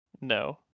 No